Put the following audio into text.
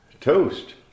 Toast